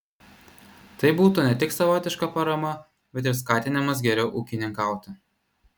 tai būtų ne tik savotiška parama bet ir skatinimas geriau ūkininkauti